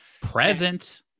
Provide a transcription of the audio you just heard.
present